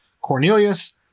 Cornelius